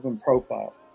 profile